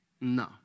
No